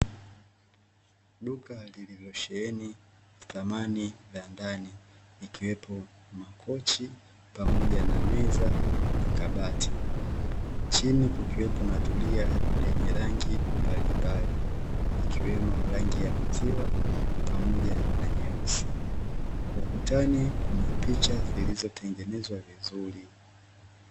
Duka lililosheheni samani za nyumbani ikiwepo makochi pamoja na meza na kabati. Chini kukiwepo zulia lenye rangi mbalimbali, ikiwemo rangi ya maziwa na pamoja na nyeusi. Ukutani kuna picha zilizotengenezwa vizuri.